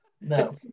No